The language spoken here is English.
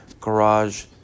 garage